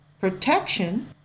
protection